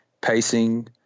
pacing